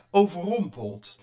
overrompeld